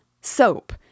Soap